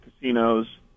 casinos